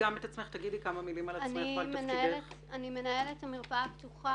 אני מנהלת המרפאה הפתוחה,